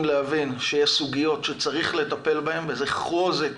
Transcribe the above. להבין שיש סוגיות שצריך לטפל בהן וזה חוזק